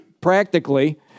practically